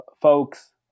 folks